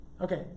okay